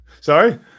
Sorry